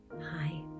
Hi